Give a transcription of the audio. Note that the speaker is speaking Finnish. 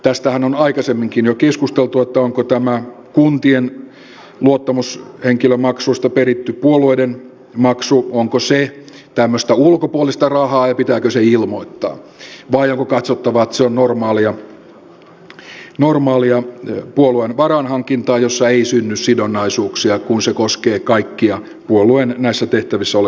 tästähän on jo aikaisemminkin keskusteltu että onko tämä kuntien luottamushenkilömaksusta peritty puolueiden maksu tämmöistä ulkopuolista rahaa ja pitääkö se ilmoittaa vai onko katsottava että se on normaalia puolueen varainhankintaa jossa ei synny sidonnaisuuksia kun se koskee kaikkia puolueen näissä tehtävissä olevia henkilöitä